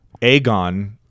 Aegon